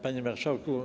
Panie Marszałku!